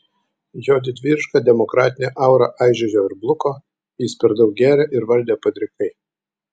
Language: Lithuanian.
jo didvyriška demokratinė aura aižėjo ir bluko jis per daug gėrė ir valdė padrikai